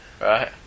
right